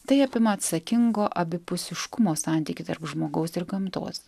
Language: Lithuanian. tai apima atsakingo abipusiškumo santykį tarp žmogaus ir gamtos